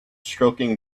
stroking